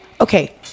Okay